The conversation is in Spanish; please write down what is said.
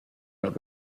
los